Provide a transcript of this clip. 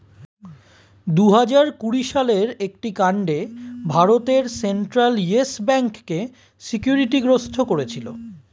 দুহাজার কুড়ি সালের একটি কাণ্ডে ভারতের সেন্ট্রাল ইয়েস ব্যাঙ্ককে সিকিউরিটি গ্রস্ত করেছিল